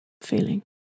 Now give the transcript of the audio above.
feeling